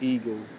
Eagle